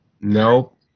Nope